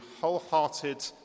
wholehearted